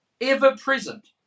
ever-present